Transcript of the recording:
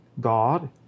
God